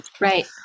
right